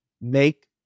make